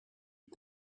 you